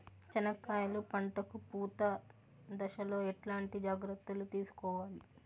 చెనక్కాయలు పంట కు పూత దశలో ఎట్లాంటి జాగ్రత్తలు తీసుకోవాలి?